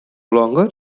longer